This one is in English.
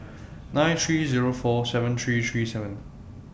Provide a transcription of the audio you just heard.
nine three Zero four seven three three seven